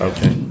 Okay